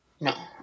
No